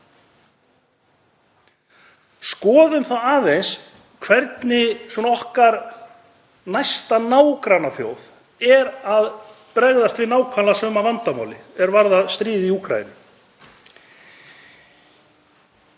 Skoðum aðeins hvernig okkar næsta nágrannaþjóð er að bregðast við nákvæmlega sama vandamáli er varðar stríðið í Úkraínu.